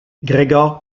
gregor